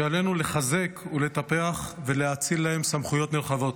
שעלינו לחזק ולטפח ולהאציל להן סמכויות נרחבות.